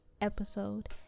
episode